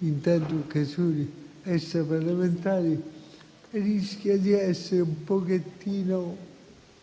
in tante occasioni extraparlamentari, rischia di essere un alibi: